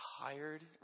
tired